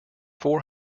four